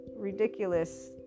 ridiculous